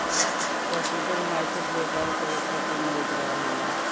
capital market व्यापार करे खातिर मददगार होला